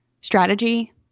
strategy